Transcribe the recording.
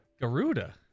Garuda